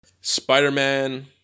Spider-Man